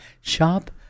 Shop